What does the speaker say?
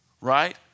Right